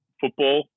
football